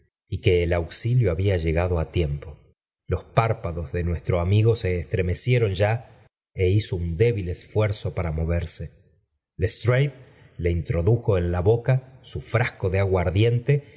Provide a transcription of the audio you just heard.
y que el auxilio había llegado i tiempo los párpados de nuestro amigo se estremecieron ya c hizo un débil esfuerzo para moverse postrado lo introdujo en la boca su frasco de aguardiente